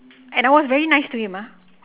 and I was very nice to him ah